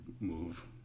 move